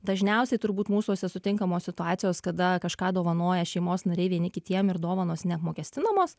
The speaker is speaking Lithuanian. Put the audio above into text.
dažniausiai turbūt mūsuose sutinkamos situacijos kada kažką dovanoja šeimos nariai vieni kitiem ir dovanos neapmokestinamos